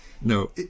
no